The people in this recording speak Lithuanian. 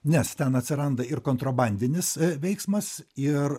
nes ten atsiranda ir kontrabandinis veiksmas ir